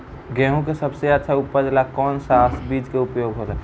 गेहूँ के सबसे अच्छा उपज ला कौन सा बिज के उपयोग होला?